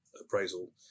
appraisal